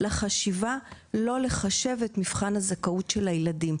לחשיבה לא לחשב את מבחן הזכאות של הילדים.